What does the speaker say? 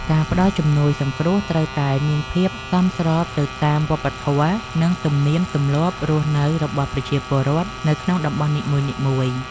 ការផ្តល់ជំនួយសង្គ្រោះត្រូវតែមានភាពសមស្របទៅតាមវប្បធម៌ និងទំនៀមទម្លាប់រស់នៅរបស់ប្រជាពលរដ្ឋនៅក្នុងតំបន់នីមួយៗ។